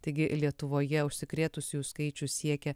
taigi lietuvoje užsikrėtusiųjų skaičius siekia